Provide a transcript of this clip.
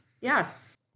Yes